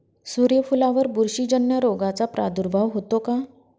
सूर्यफुलावर बुरशीजन्य रोगाचा प्रादुर्भाव होतो का?